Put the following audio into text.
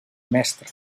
mestre